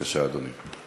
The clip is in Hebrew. בבקשה, אדוני,